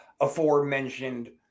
aforementioned